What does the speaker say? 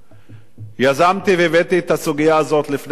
יזמתי והבאתי את הסוגיה הזאת לפני שלוש שנים